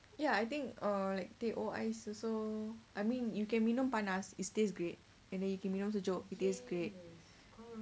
ya I think uh like teh O ice also I mean you can minum panas it stays great and then you can minum sejuk it taste great